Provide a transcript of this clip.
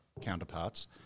counterparts